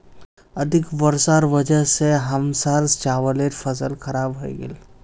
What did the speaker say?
अधिक वर्षार वजह स हमसार चावलेर फसल खराब हइ गेले